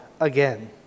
again